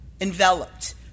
enveloped